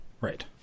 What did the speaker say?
Right